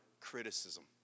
criticism